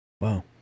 Wow